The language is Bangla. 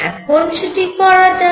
এখন সেটি করা যাক